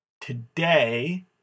today